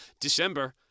December